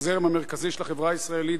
לזרם המרכזי של החברה הישראלית.